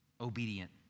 obedient